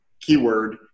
keyword